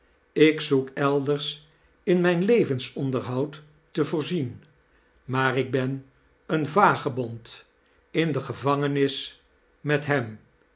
ik zoek elders in mijn levensonderhoud te voorzien maar ik ben een vagebond in de gevangenis met hem